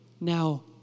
now